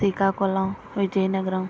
Srikakulam Vizianagaram